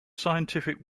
scientific